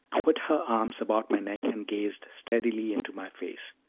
put her arms about my neck and gazed steadily into my face.